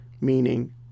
meaning